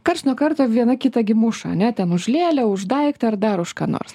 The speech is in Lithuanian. karts nuo karto viena kitą gi muša ane ten už lėlę už daiktą ar dar už ką nors